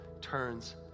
turns